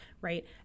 right